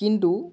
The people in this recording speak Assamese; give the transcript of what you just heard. কিন্তু